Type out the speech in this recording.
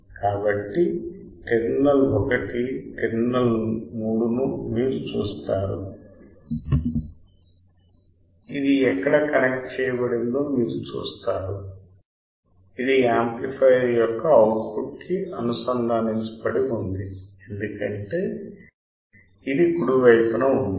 కాబట్టి terminal 1 terminal 3 ను మీరు చూస్తారు ఇది ఎక్కడ కనెక్ట్ చేయబడిందో మీరు చూస్తారు ఇది యాంప్లిఫయర్ యొక్కఅవుట్ పుట్ కి అనుసంధానించబడి ఉంది ఎందుకంటే ఇది కుడివైపున ఉంది